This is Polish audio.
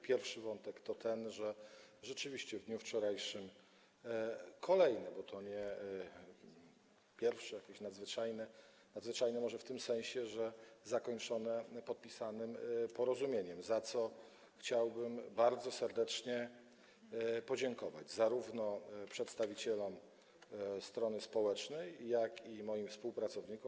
Pierwszy wątek dotyczy tego, że rzeczywiście w dniu wczorajszym kolejne, bo to nie było pierwsze, jakieś nadzwyczajne, może nadzwyczajne w tym sensie, że zakończone podpisaniem porozumienia, za co chciałabym bardzo serdecznie podziękować zarówno przedstawicielom strony społecznej, jak i moim współpracownikom.